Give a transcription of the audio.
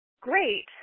great